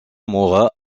mourra